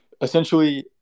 essentially